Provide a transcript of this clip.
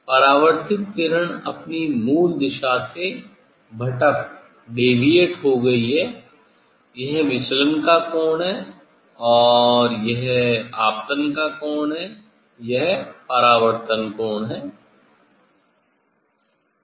परावर्तित किरण अपनी मूल दिशा से भटक गयी है यह विचलन का कोण है और यह आपतन कोण है यह परावर्तन कोण है